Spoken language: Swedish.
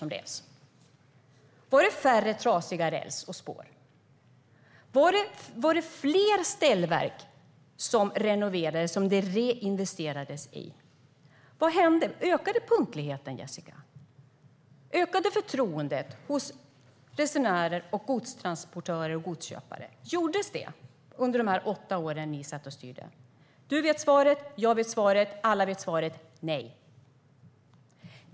Var det en minskning av trasig räls och trasiga spår? Var det fler ställverk som renoverades, som det reinvesterades i? Vad hände? Ökade punktligheten, Jessica? Ökade förtroendet hos resenärer, godstransportörer och godsköpare? Skedde det under de åtta åren ni satt och styrde? Du vet svaret, jag vet svaret, alla vet svaret: nej.